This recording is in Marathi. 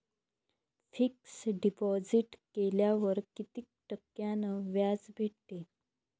फिक्स डिपॉझिट केल्यावर कितीक टक्क्यान व्याज भेटते?